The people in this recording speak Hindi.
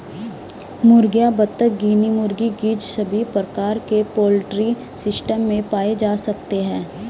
मुर्गियां, बत्तख, गिनी मुर्गी, गीज़ सभी प्रकार के पोल्ट्री सिस्टम में पाए जा सकते है